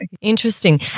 Interesting